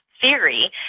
theory